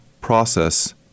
process